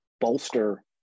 bolster